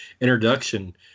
introduction